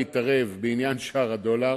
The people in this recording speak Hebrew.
נתערב בעניין שער הדולר,